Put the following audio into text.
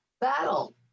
battle